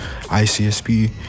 ICSP